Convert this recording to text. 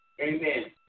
Amen